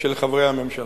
של חברי הממשלה.